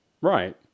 Right